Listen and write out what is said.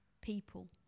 people